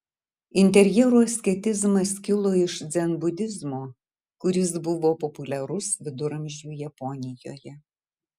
interjero asketizmas kilo iš dzenbudizmo kuris buvo populiarus viduramžių japonijoje